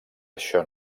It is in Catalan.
això